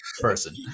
person